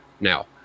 now